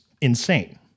insane